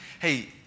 Hey